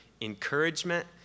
encouragement